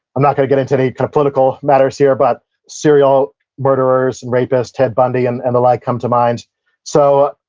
i'm not going to get into any political matters here, but serial serial murderers and rapists. ted bundy and and the like come to mind so,